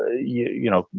ah you you know,